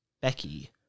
Becky